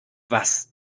was